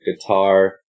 guitar